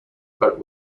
but